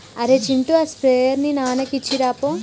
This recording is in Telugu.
అరేయ్ చింటూ ఆ స్ప్రేయర్ ని నాన్నకి ఇచ్చిరాపో